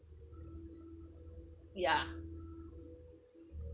ya